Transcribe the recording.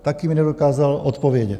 Taky mi nedokázal odpovědět.